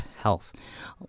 health